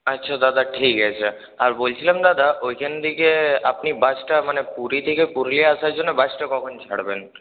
আচ্ছা দাদা ঠিক আছে আর বলছিলাম দাদা ওইখান থেকে আপনি বাসটা মানে পুরী থেকে পুরুলিয়া আসার জন্য বাসটা কখন ছাড়বেন